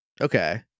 Okay